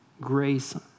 grace